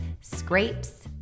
scrapes